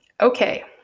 Okay